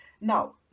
now